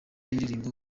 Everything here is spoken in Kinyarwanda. y’indirimbo